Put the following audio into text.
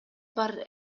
бар